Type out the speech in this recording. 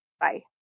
Bye